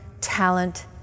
talent